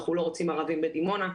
אנחנו לא רוצים ערבים בדימונה,